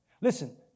Listen